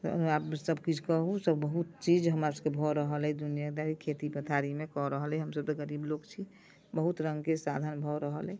आब सब किछु कहू से बहुत चीज हमरा सबके भऽ रहल अइ दुनियादारी खेती पथारीमे कऽ रहल अइ हमसब तऽ गरीब लोक छी बहुत रङ्गके साधन भऽ रहल अइ